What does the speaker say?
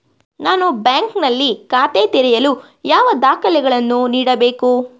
ನಾನು ಬ್ಯಾಂಕ್ ನಲ್ಲಿ ಖಾತೆ ತೆರೆಯಲು ಯಾವ ದಾಖಲೆಗಳನ್ನು ನೀಡಬೇಕು?